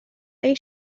they